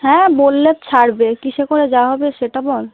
হ্যাঁ বললে ছাড়বে কীসে করে যাওয়া হবে সেটা বল